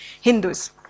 Hindus